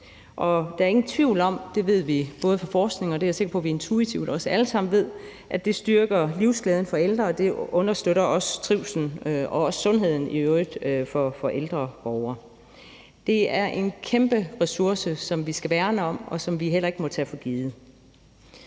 Og der er ingen tvivl om – det ved vi fra forskningen, og det er jeg også sikker på vi intuitivt alle sammen ved – at det styrker livsglæden for ældre, og det understøtter også trivslen og også sundheden i øvrigt for ældre borgere. Det er en kæmpe ressource, som vi skal værne om, og som vi heller ikke må tage for givet.